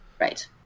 Right